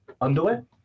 underwear